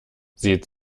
sieht